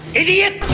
idiot